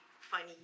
funny